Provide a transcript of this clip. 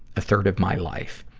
a third of my life.